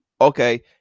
okay